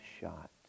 shot